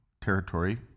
territory